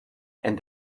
and